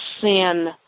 sin